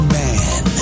man